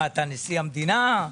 מה אתה נשיא המדינה?